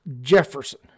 Jefferson